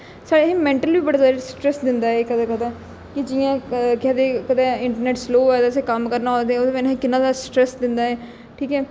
साढ़ा एह् मैन्टली बी बड़ा ज्यादा स्ट्रैस दिंदा ऐ कदें कदें कि जियां केह् आखदे इंटरनेट स्लो होऐ ते असें कम्म करना होऐ ते ओह्दी बजह कन्नै किन्ना ज्यादा स्ट्रैस दिंदा ऐ ठीक ऐ